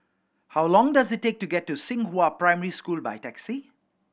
how long does it take to get to Xinghua Primary School by taxi